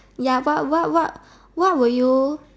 ya what what what what will you